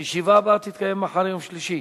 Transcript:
הישיבה הבאה תתקיים מחר, יום שלישי,